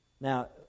Now